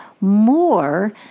more